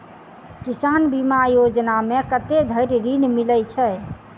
किसान बीमा योजना मे कत्ते धरि ऋण मिलय छै?